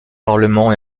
parlement